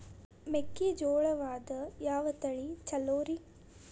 ಮೆಕ್ಕಿಜೋಳದಾಗ ಯಾವ ತಳಿ ಛಲೋರಿ?